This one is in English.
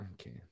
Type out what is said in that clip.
okay